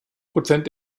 prozent